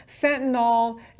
fentanyl